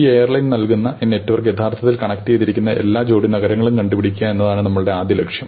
ഈ എയർലൈൻ നൽകുന്ന ഈ നെറ്റ്വർക്ക് യഥാർത്ഥത്തിൽ കണക്റ്റുചെയ്തിരിക്കുന്ന എല്ലാ ജോഡി നഗരങ്ങളും കണ്ടുപിടിക്കുക എന്നതാണ് നമ്മുടെ ആദ്യ ലക്ഷ്യം